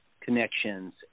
connections